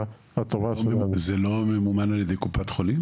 הטובה -- זה לא ממומן על-ידי קופת חולים?